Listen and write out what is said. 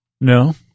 No